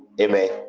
Amen